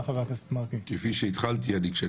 אדוני היושב-ראש ושני